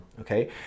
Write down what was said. okay